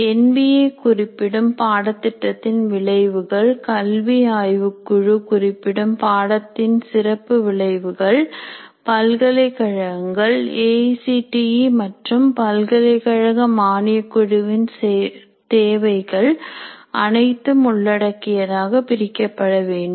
N B A குறிப்பிடும் பாடத்திட்டத்தின் விளைவுகள் கல்வி ஆய்வுக் குழு குறிப்பிடும் பாடத்தின் சிறப்பு விளைவுகள் பல்கலைக்கழகங்கள் A I C T E மற்றும் பல்கலைக்கழக மானியக்குழுவின் தேவைகள் அனைத்தும் உள்ளடக்கியதாக பிரிக்கப்பட வேண்டும்